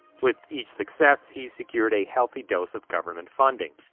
with each success, he secured a healthy dose of government funding.